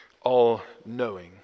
all-knowing